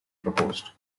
proposed